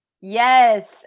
yes